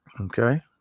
Okay